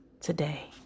today